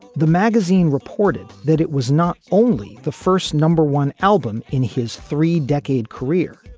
the magazine reported that it was not only the first number one album in his three decade career.